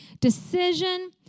decision